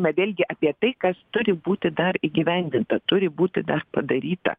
na vėlgi apie tai kas turi būti dar įgyvendinta turi būti dar padaryta